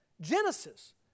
genesis